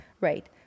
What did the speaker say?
Right